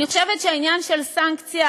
אני חושבת שהעניין של סנקציה,